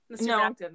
No